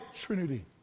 trinity